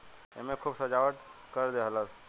एईमे खूब सजावट कर देहलस